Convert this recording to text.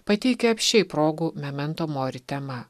pateikia apsčiai progų memento mori tema